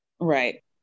right